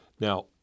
Now